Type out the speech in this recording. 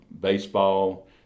baseball